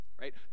Right